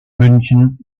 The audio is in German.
münchen